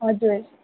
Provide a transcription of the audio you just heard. हजुर